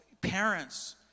Parents